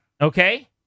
okay